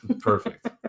Perfect